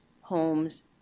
homes